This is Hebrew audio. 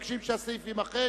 לסעיף 59 לא נתקבלה.